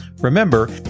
Remember